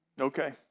Okay